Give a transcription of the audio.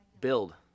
build